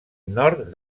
nord